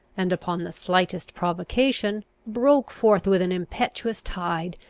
and upon the slightest provocation broke forth with an impetuous tide,